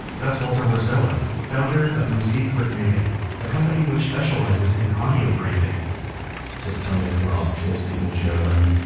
that's walter werzowa founder of musikvergnuegen a company which specializes in audio branding just coming from austria, speaking german,